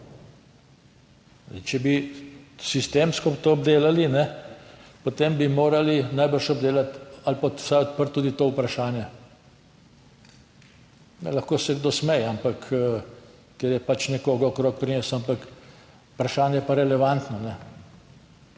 če bi sistemsko to obdelali, potem bi morali najbrž obdelati ali pa vsaj odprto tudi to vprašanje. Lahko se kdo smeje, ampak ker je pač nekoga okrog prinesel, ampak vprašanje je pa relevantno.